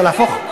אפשר להפוך,